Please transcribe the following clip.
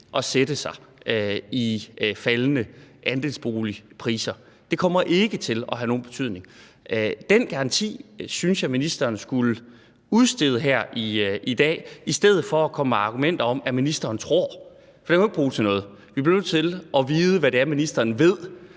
at sætte sig i form af faldende andelsboligpriser, at det ikke kommer til at have nogen betydning. Den garanti synes jeg ministeren skulle udstede her i dag i stedet for at komme med argumenter om, at ministeren tror, for det kan man jo ikke bruge til noget. Vi bliver nødt til at vide, hvad det er, ministeren ved,